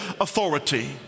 authority